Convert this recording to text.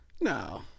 No